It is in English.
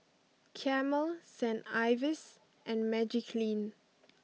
Camel Saint Ives and Magiclean